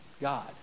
God